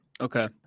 Okay